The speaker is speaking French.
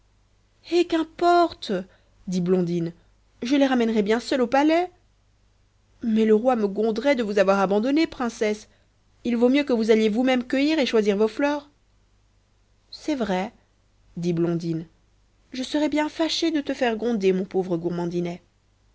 eh qu'importe dit blondine je les ramènerai bien seule au palais mais le roi me gronderait de vous avoir abandonnée princesse il vaut mieux que vous alliez vous-même cueillir et choisir vos fleurs c'est vrai dit blondine je serais bien fâchée de te faire gronder mon pauvre gourmandinet